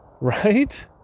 Right